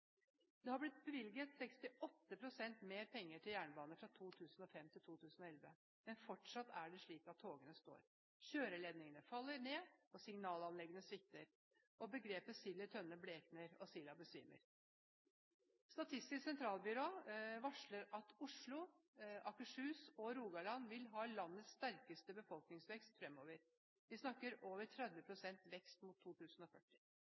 Det har blitt bevilget 68 pst. mer penger til jernbane fra 2005 til 2011, men fortsatt er det slik at togene står, kjøreledningene faller ned, og signalanleggene svikter. Begrepet «sild i tønne» blekner, og «silda» besvimer. Statistisk sentralbyrå varsler at Oslo, Akershus og Rogaland vil ha landets sterkeste befolkningsvekst fremover. Vi snakker om over 30 pst. vekst mot 2040.